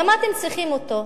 למה אתם צריכים אותו?